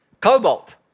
Cobalt